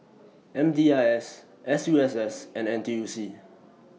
M D I S S U S S and N T U C